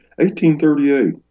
1838